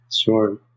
Sure